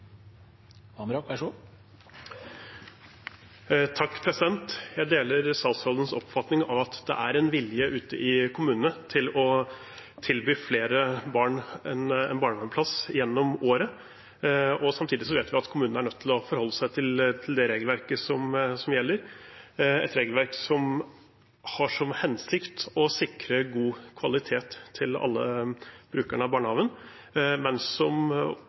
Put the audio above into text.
at det er en vilje ute i kommunene til å tilby flere barn en barnehageplass gjennom året. Samtidig vet vi at kommunene er nødt til å forholde seg til det regelverket som gjelder – et regelverk som har til hensikt å sikre god kvalitet til alle brukerne av barnehagen, men som